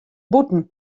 bûten